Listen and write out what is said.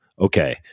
Okay